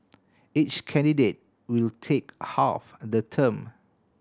each candidate will take half the term